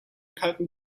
kalten